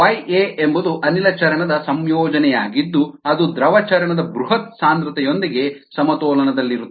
yA ಎಂಬುದು ಅನಿಲ ಚರಣ ದ ಸಂಯೋಜನೆಯಾಗಿದ್ದು ಅದು ದ್ರವ ಚರಣ ದ ಬೃಹತ್ ಸಾಂದ್ರತೆಯೊಂದಿಗೆ ಸಮತೋಲನದಲ್ಲಿರುತ್ತದೆ